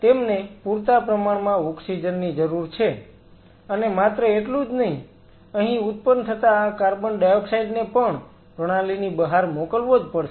તેમને પૂરતા પ્રમાણમાં ઓક્સિજન ની જરૂર છે અને માત્ર એટલું જ નહીં અહીં ઉત્પન્ન થતા આ કાર્બન ડાયોક્સાઈડ ને પણ પ્રણાલીની બહાર મોકલવો જ પડશે